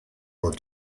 were